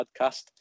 podcast